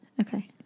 Okay